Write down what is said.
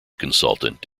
consultant